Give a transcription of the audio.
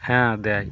হ্যাঁ দেয়